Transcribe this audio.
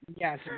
Yes